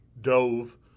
Dove